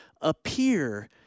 appear